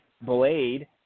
Blade